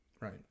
Right